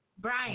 Brian